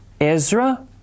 Ezra